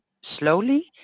slowly